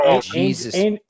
Jesus